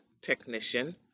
technician